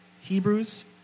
Hebrews